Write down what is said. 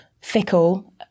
fickle